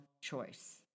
choice